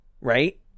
right